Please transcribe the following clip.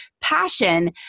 Passion